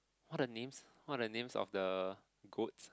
what are the names what are the names of the goats